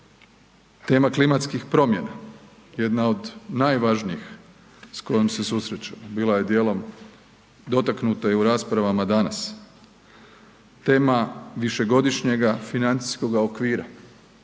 Tema klimatskih promjena jedna od najvažnijih s kojom se susreću, bila je dijelom dotaknuta i u raspravama danas. Tema višegodišnjega financijskog okvira,